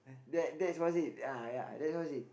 that that's one thing ya that's one thing